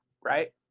right